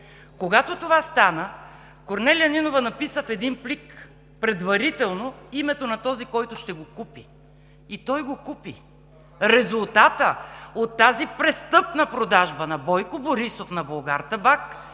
Когато това стана, Корнелия Нинова написа в един плик предварително името на този, който ще го купи. И той го купи. Резултатът от тази престъпна продажба на Бойко Борисов на „Булгартабак“